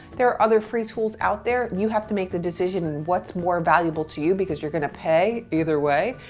there are other free tools out there. you have to make the decision of what's more valuable to you because you're gonna pay either way,